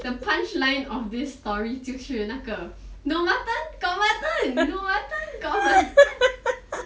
the punch line of this story 就是那个 no mutton got mutton no mutton got mutton